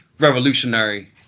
revolutionary